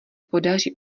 podaří